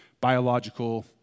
biological